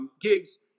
gigs